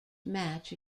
match